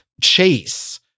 chase